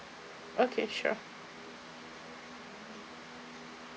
okay sure